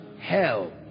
hell